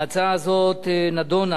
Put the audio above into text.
ההצעה הזאת נדונה